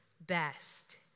best